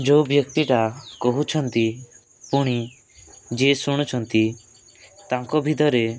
ଯେଉଁ ବ୍ୟକ୍ତିଟା କହୁଛନ୍ତି ପୁଣି ଯେ ଶୁଣୁଛନ୍ତି ତାଙ୍କ ଭିତରେ